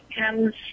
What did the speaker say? comes